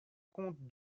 conte